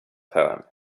poem